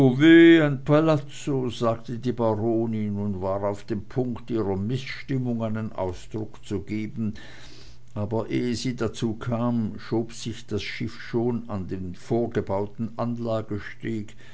sagte die baronin und war auf dem punkt ihrer mißstimmung einen ausdruck zu geben aber ehe sie dazu kam schob sich das schiff schon an den vorgebauten